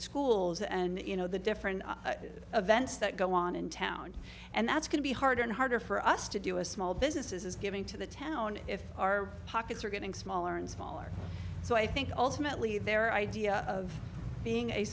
schools and you know the different events that go on in town and that's going to be harder and harder for us to do a small business is giving to the town if our pockets are getting smaller and smaller so i think ultimately their idea of being a